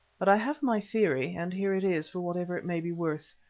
but i have my theory, and here it is for whatever it may be worth.